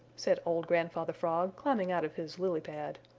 said old grandfather frog, climbing out of his lily pad.